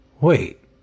Wait